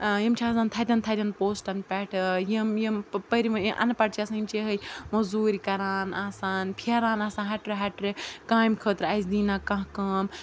یِم چھِ آسان تھَدٮ۪ن تھَدٮ۪ن پوسٹَن پٮ۪ٹھ یِم یِم پٔرۍوٕنۍ اَن پَڑھ چھِ آسان یِم چھِ یِہٕے مٔزوٗرۍ کَران آسان پھیران آسان ہَٹرِ ہَٹرِ کامہِ خٲطرٕ اَسہِ دیہِ نا کانٛہہ کٲم